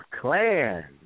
clan